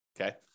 okay